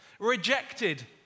rejected